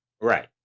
right